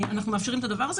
אנחנו מאפשרים את זה.